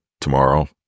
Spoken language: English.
tomorrow